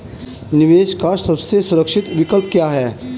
निवेश का सबसे सुरक्षित विकल्प क्या है?